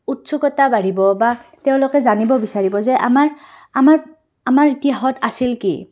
উৎসুকতা বাঢ়িব বা তেওঁলোকে জানিব বিচাৰিব যে আমাৰ আমাৰ আমাৰ ইতিহাসত আছিল কি